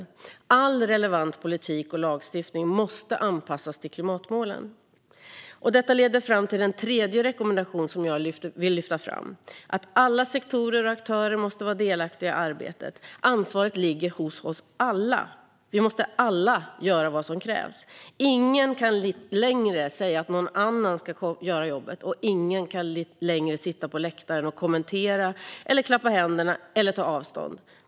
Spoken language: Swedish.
All relevant politik och lagstiftning måste anpassas till klimatmålen. Detta leder till det tredje som jag vill lyfta fram: att alla sektorer och aktörer måste vara delaktiga i arbetet. Ansvaret ligger hos oss alla. Vi måste alla göra vad som krävs. Ingen kan längre säga att någon annan ska göra jobbet, och ingen kan längre sitta på läktaren och kommentera eller klappa händerna eller ta avstånd.